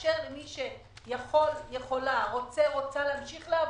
לאפשר למי שיכול, יכולה, רוצים להמשיך לעבוד,